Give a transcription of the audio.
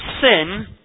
sin